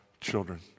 children